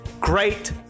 Great